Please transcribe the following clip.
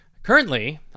Currently